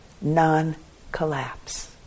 non-collapse